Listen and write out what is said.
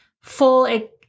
full